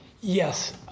Yes